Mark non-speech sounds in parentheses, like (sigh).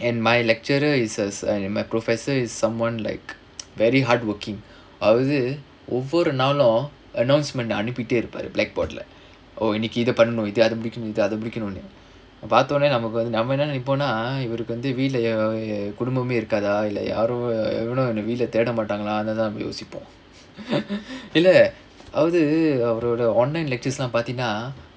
and my lecturer is a my professor is someone like very hardworking அதாவது ஒவ்வரு நாளும்:athaavathu ovvaru naalum announcement அனுப்பிட்டே இருப்பாரு:anuppittae iruppaaru blackboard leh (laughs) oh இன்னைக்கு இத பண்ணனும் இத அத முடிக்கனும் இத அத முடிக்கனும் பாத்தோன நமக்கு வந்து நம்ம என்ன நினைப்போனா இவருக்கு வந்து வீட்டுல குடும்பமே இருக்காதா இல்ல யாரும் எவனும் தேட மாட்டாங்களானுதா யோசிப்போம் இல்ல அதாவது அவரோட:innaikku itha pannanum itha